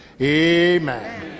Amen